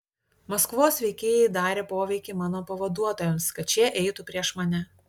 maskvos veikėjai darė poveikį mano pavaduotojams kad šie eitų prieš mane